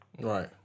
Right